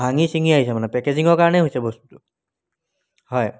ভাঙি চিঙি আহিছে মানে পেকেজিঙৰ কাৰণে হৈছে বস্তুটো হয়